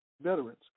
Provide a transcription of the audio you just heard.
veterans